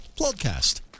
podcast